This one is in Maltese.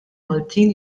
maltin